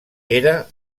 era